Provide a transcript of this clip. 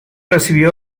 recibió